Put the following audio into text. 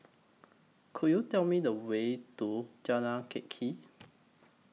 Could YOU Tell Me The Way to Jalan Teck Kee